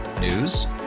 News